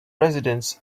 residents